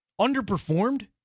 underperformed